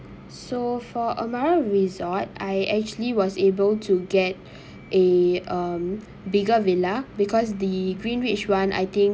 so for Amara resort I actually was able to get a um bigger villa because the greenridge one I think